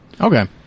Okay